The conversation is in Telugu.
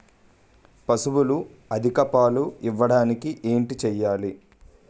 పశువులు అధిక పాలు ఇవ్వడానికి ఏంటి చేయాలి